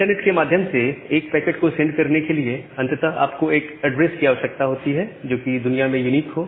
internet के माध्यम से एक पैकेट को सेंड करने के लिए अंततः आपको एक एड्रेस की आवश्यकता होती है जो कि दुनिया में यूनिक हो